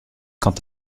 quant